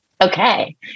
okay